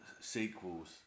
sequels